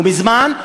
ומזמן?